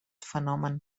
fenomen